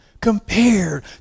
compared